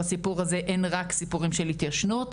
בסיפור הזה אין רק סיפורים של התיישנות.